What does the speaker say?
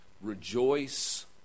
Rejoice